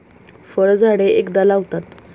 फळझाडे एकदा लावतात